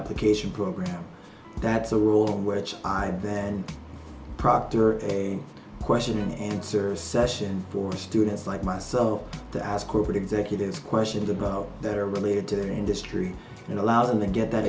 application program that's a rule which i bet proctor a question and answer session for students like myself to ask corporate executives questions about that are related to their industry and allow them to get that